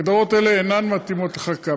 הגדרות אלה אינן מתאימות לחקיקה.